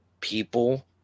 People